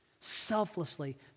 selflessly